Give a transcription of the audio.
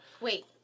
wait